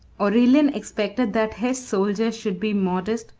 aurelian expected that his soldiers should be modest,